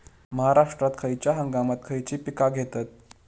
महाराष्ट्रात खयच्या हंगामांत खयची पीका घेतत?